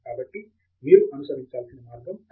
కాబట్టి మీరు అనుసరించాల్సిన మార్గం అదే